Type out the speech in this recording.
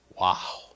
Wow